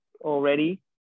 already